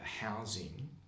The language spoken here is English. housing